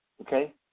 okay